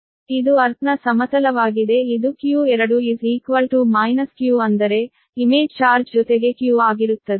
ಇದು ಭೂಮಿಯ ಸಮತಲವಾಗಿದೆ ಇದು q2 q ಅಂದರೆ ಇಮೇಜ್ ಚಾರ್ಜ್ ಜೊತೆಗೆ q ಆಗಿರುತ್ತದೆ